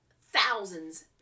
thousands